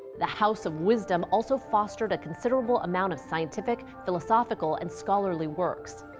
the house of wisdom also fostered a considerable amount of scientific, philosophical, and scholarly works.